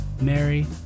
Mary